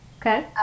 Okay